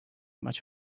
much